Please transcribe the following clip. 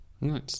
Nice